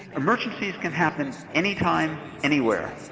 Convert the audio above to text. emergencies can happen anytime, anywhere.